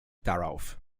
darauf